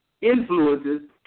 influences